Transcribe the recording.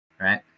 Right